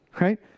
right